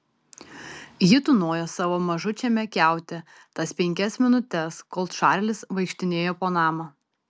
ji tūnojo savo mažučiame kiaute tas penkias minutes kol čarlis vaikštinėjo po namą